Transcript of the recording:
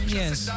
yes